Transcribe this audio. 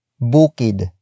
bukid